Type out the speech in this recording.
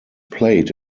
played